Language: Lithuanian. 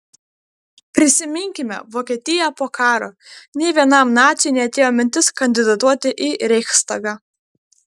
prisiminkime vokietiją po karo nė vienam naciui neatėjo mintis kandidatuoti į reichstagą